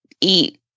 eat